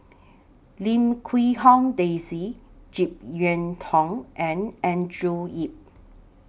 Lim Quee Hong Daisy Jek Yeun Thong and Andrew Yip